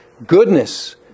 goodness